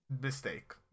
Mistake